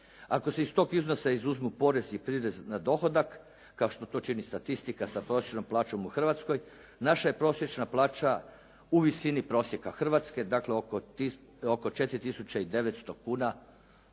Ako se iz tog iznosa izuzmu porez i prirez na dohodak kao što to čini statistika sa prosječnom plaćom u Hrvatskoj, naša je prosječna plaća u visini prosjeka Hrvatske, dakle oko 4.900,00 kuna